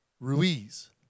Ruiz